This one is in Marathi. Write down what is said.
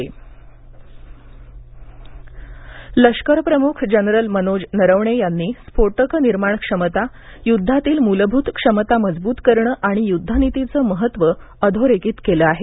लष्करप्रमख लष्करप्रमुख जनरल मनोज नरवणे यांनी स्फोटकं निर्माण क्षमता युद्धातील मूलभूत क्षमता मजबूत करणं आणि युद्धनीतीचं महत्त्व अधोरेखित केलं आहे